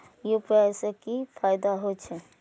UPI से की फायदा हो छे?